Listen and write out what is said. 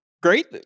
great